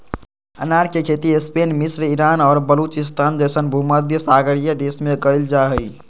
अनार के खेती स्पेन मिस्र ईरान और बलूचिस्तान जैसन भूमध्यसागरीय देश में कइल जा हइ